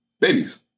Babies